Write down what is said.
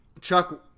Chuck